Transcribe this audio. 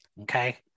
okay